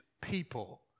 people